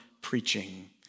preaching